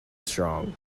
strong